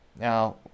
Now